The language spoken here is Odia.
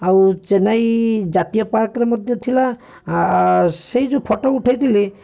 ଆଉ ଚେନ୍ନାଇ ଜାତୀୟ ପାର୍କରେ ମଧ୍ୟ ଥିଲା ସେଇ ଯେଉଁ ଫଟୋ ଉଠାଇଥିଲି